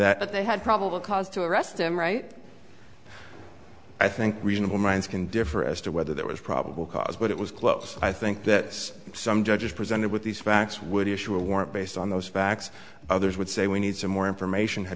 that they had probable cause to arrest him right i think reasonable minds can differ as to whether there was probable cause but it was close i think that some judges presented with these facts would issue a warrant based on those facts others would say we need some more information have